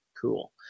Cool